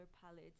palettes